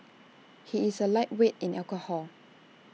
he is A lightweight in alcohol